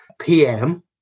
PM